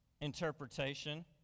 interpretation